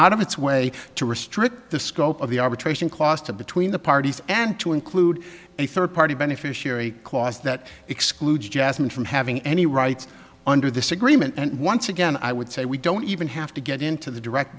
of its way to restrict the scope of the arbitration clause to between the parties and to include a third party beneficiary clause that excludes jasmine from having any rights under this agreement and once again i would say we don't even have to get into the direct